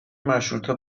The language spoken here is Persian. مشروطه